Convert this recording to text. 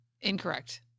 incorrect